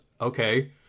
okay